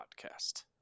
podcast